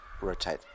rotate